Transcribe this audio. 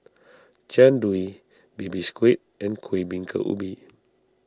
Jian Dui Baby Squid and Kuih Bingka Ubi